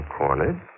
cornered